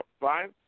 Five